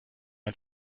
ein